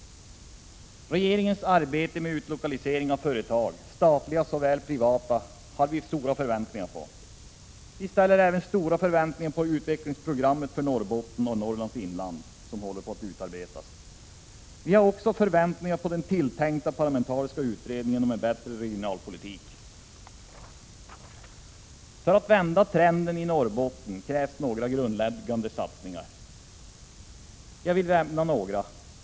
Regeringens arbete med utlokalisering av företag — statliga såväl som privata — har vi stora förväntningar på. Vi har även stora förväntningar på det utvecklingsprogram för Norrbotten och Norrlands inland som håller på att utarbetas. Vi har dessutom förväntningar på den tilltänkta parlamentariska utredningen om en bättre regionalpolitik. För att vända trenden i Norrbotten krävs grundläggande satsningar, och jag vill nämna några.